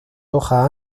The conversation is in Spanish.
hoja